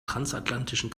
transatlantischen